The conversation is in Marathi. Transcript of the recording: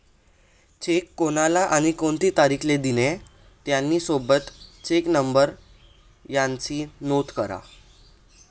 चेक कोनले आणि कोणती तारीख ले दिना, त्यानी सोबत चेकना नंबर यास्नी नोंद करा